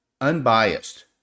unbiased